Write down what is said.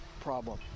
problem